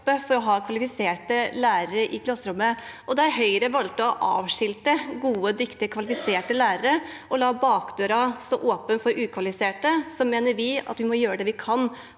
for å ha kvalifiserte lærere i klasserommet. Der Høyre valgte å avskilte gode, dyktige, kvalifiserte lærere og la bakdøra stå åpen for ukvalifiserte, mener vi at vi må gjøre det vi kan